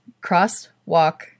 crosswalk